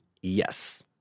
Yes